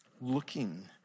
looking